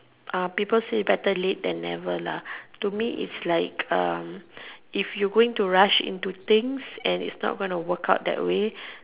people say better late than never to me is like if you going to rush into things and is not going to work out that way